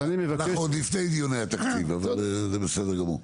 אנחנו עוד לפני דיוני התקציב, אבל זה בסדר גמור.